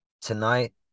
tonight